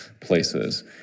places